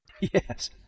Yes